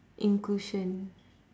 inclusion